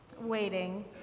waiting